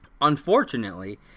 Unfortunately